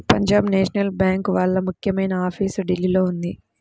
Punjab national bank వాళ్ళ ముఖ్యమైన office ఢిల్లీలో ఉంది